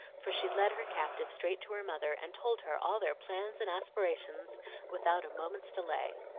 for she led her captive straight to her mother, and told her all their plans and aspirations without a moment's delay.